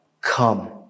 come